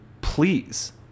please